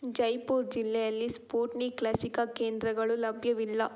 ಜೈಪುರ್ ಜಿಲ್ಲೆಯಲ್ಲಿ ಸ್ಪೂಟ್ನಿಕ್ ಲಸಿಕಾ ಕೇಂದ್ರಗಳು ಲಭ್ಯವಿಲ್ಲ